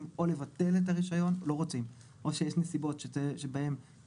או שיש נסיבות שבהן יש לבטל את הרישיון.